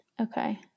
Okay